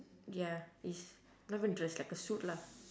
ya is not even a dress like a suit lah